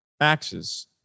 axes